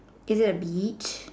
is it a beach